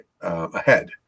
ahead